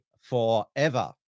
forever